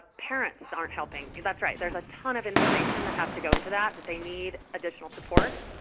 parents aren't helping. that's right. there's a ton of information that has to go into that that they need additional support.